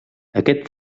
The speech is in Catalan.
aquest